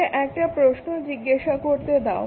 তাহলে একটা প্রশ্ন জিজ্ঞাসা করতে দাও